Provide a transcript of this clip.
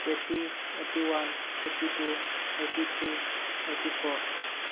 eighty eighty one eighty two eighty three eighty four